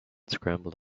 scrambled